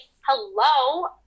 hello